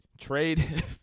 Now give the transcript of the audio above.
trade